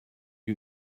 you